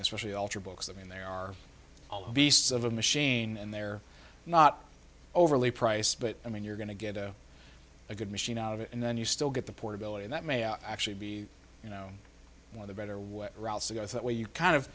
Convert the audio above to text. especially altered books i mean they are all beasts of a machine and they're not overly price but i mean you're going to get a good machine out of it and then you still get the portability that may actually be you know one of the better way to go that way you kind of